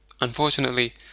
Unfortunately